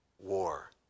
War